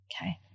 Okay